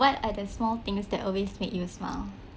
what are the small things that always make you smile